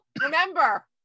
remember